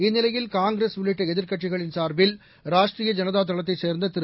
இந்நிலையில் காங்கிரஸ் உள்ளிட்ட எதிர்க்கட்சிகளின் சார்பில் ராஷ்ட்ரீய ஜனதா தளத்தைச் சேர்ந்த திரு